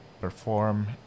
perform